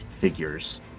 figures